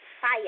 fire